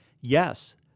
yes